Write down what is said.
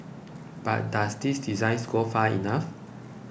but does these designs go far enough